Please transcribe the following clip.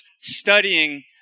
studying